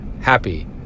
happy